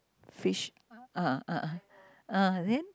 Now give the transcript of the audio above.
fish ah ah ah then